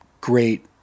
great